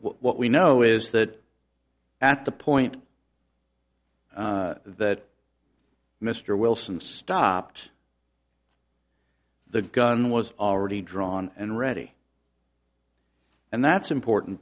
what we know is that at the point that mr wilson stopped the gun was already drawn and ready and that's important